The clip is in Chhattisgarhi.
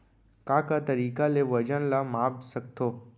का का तरीक़ा ले वजन ला माप सकथो?